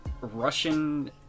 Russian